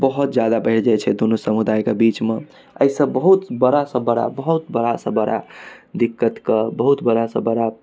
बहुत जादा बढ़ि जाइ छै दुनू समुदायके बीचमे एहिसँ बहुत बड़ा से बड़ा बहुत बड़ा से बड़ा दिक्कतके बहुत बड़ा से बड़ा